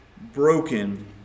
broken